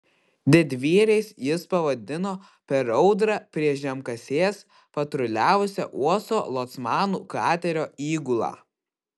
didvyriais jis pavadino per audrą prie žemkasės patruliavusią uosto locmanų katerio įgulą